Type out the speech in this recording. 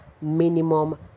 minimum